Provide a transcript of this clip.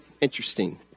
interesting